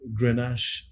Grenache